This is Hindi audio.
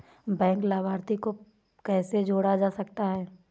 बैंक लाभार्थी को कैसे जोड़ा जा सकता है?